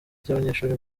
ry’abanyeshuri